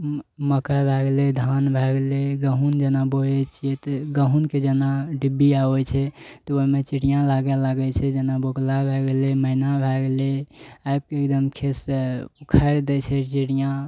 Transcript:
मकइ भऽ गेलै धान भऽ गेलै गहूॅंम जेना बोए छियै तऽ गहूॅंमके जेना डिब्बी आबै छै तऽ ओहिमे चिड़िआ लागय लागै छै जेना बोगुला भऽ गेलै मैना भऽ गेलै आबिके एकदम खेत से उखारि दै छै चिड़िआ